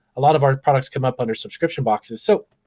a lot of our products come up under subscription boxes. so,